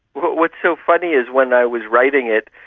what's so funny is when i was writing it,